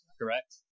correct